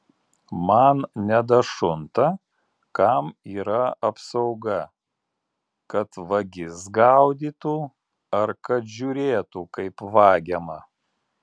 man nedašunta kam yra apsauga kad vagis gaudytų ar kad žiūrėtų kaip vagiama